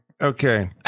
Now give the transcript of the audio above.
okay